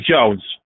Jones